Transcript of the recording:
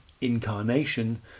incarnation